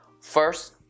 first